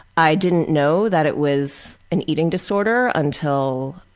i didn't know that it was an eating disorder until